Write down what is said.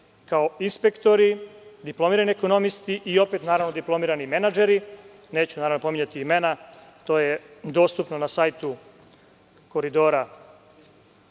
kao inspektori, diplomirani ekonomisti i opet, naravno, diplomirati menadžeri. Neću pominjati imena. To je dostupno na sajtu preduzeća